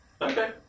Okay